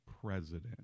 president